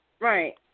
Right